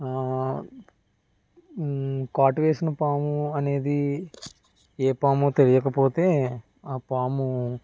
కాటు వేసిన పాము అనేది ఏ పామో తెలియకపోతే ఆ పాము